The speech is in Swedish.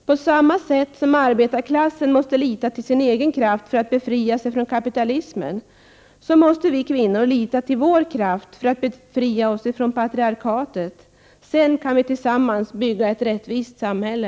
På samma sätt som arbetarklassen måste lita till sin egen kraft för att befria sig från kapitalismen måste vi kvinnor lita till vår egen kraft för att befria oss från patriarkatet. Sedan kan vi tillsammans bygga ett rättvist samhälle.